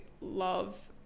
love